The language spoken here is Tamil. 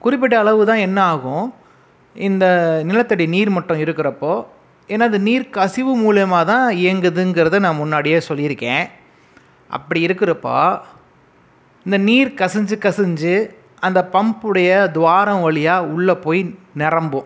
குறிப்பிட்ட அளவுதான் என்ன ஆகும் இந்த நிலத்தடி நீர் மட்டம் இருக்கிறப்போ என்னது நீர் கசிவு மூலியமாக இயங்குவதை நான் முன்னாடியே சொல்லிருக்கேன் அப்படி இருக்கிறப்போ இந்த நீர் கசிஞ்சு கசிஞ்சு அந்த பம்புடைய துவாரம் வழியாக உள்ள போய் நிரம்பும்